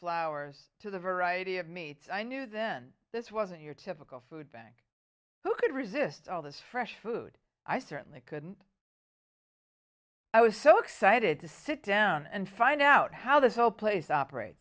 flowers to the variety of meats i knew then this wasn't your typical food bank who could resist all this fresh food i certainly couldn't i was so excited to sit down and find out how this whole place operate